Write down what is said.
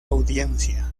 audiencia